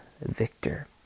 victor